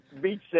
beach